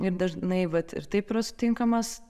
ir dažnai vat ir taip yra sutinkamas